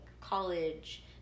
college